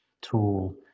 tool